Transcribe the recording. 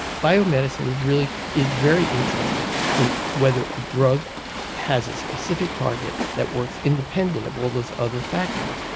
biomedicine is really is very interested in whether a drug has a specific target that works independent of all those other factors.